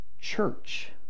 church